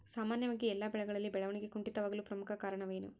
ಸಾಮಾನ್ಯವಾಗಿ ಎಲ್ಲ ಬೆಳೆಗಳಲ್ಲಿ ಬೆಳವಣಿಗೆ ಕುಂಠಿತವಾಗಲು ಪ್ರಮುಖ ಕಾರಣವೇನು?